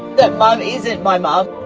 that mom isn't my mom.